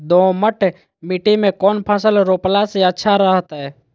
दोमट मिट्टी में कौन फसल रोपला से अच्छा रहतय?